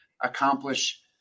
accomplish